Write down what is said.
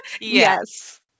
Yes